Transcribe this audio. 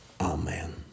Amen